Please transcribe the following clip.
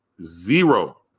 zero